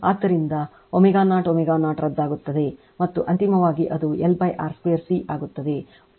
ಆದ್ದರಿಂದ ω0 ω0 ರದ್ದಾಗುತ್ತದೆ ಮತ್ತು ಅಂತಿಮವಾಗಿ ಅದು LR2 C ಆಗುತ್ತದೆ Q0 2 lR 2 Cಆಗುತ್ತದೆ